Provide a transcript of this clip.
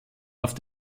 auf